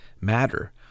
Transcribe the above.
matter